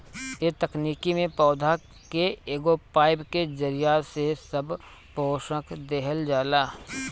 ए तकनीकी में पौधा के एगो पाईप के जरिया से सब पोषक देहल जाला